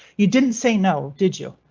you didn't say no did you?